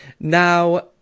now